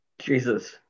Jesus